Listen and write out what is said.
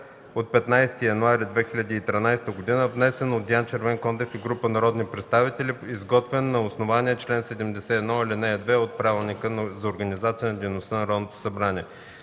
от 15 януари 2013 г., внесен от Диан Червенкондев и група народни представители, изготвен на основание чл. 71, ал. 2 от Правилника за организацията и дейността на Народното събрание.”